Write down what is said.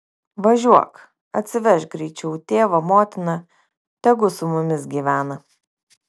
važiuok atsivežk greičiau tėvą motiną tegu su mumis gyvena